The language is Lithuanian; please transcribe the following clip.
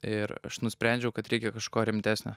ir aš nusprendžiau kad reikia kažko rimtesnio